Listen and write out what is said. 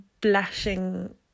blushing